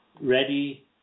ready